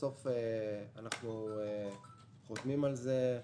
בסוף אנחנו חותמים על זה.